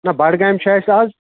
نہ بَڈگامہِ چھُ اَسہِ اَز